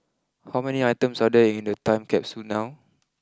how many items are there in the time capsule now